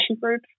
group